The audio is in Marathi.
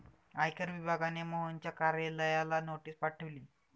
आयकर विभागाने मोहनच्या कार्यालयाला नोटीस पाठवली